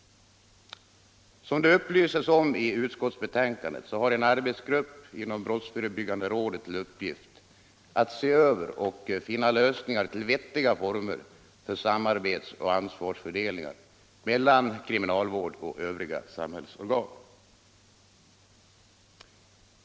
Som det upplyses om i utskottsbetänkandet har en arbetsgrupp inom brottsförebyggande rådet till uppgift att se över och finna lösningar till vettiga former för samarbetsoch ansvarsfördelningar mellan kriminalvård och övriga samhällsorgan.